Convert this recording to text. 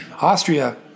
Austria